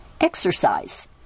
Exercise